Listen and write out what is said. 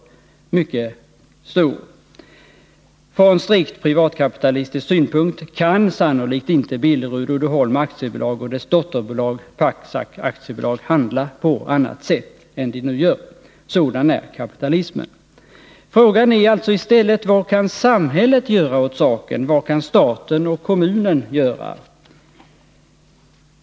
Från strikt privatkapitalistisk synpunkt kan sannolikt inte Billerud Uddeholm AB och dess dotterbolag Pacsac AB handla på annat sätt. Sådan är kapitalismen. Frågan är alltså i stället: Vad kan samhället göra åt saken? Vad kan staten och kommunen göra?